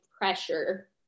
pressure